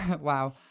wow